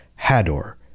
Hador